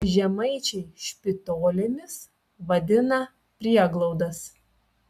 žemaičiai špitolėmis vadina prieglaudas